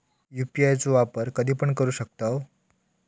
UPI चो वापर कधीपण करू शकतव?